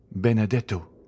benedetto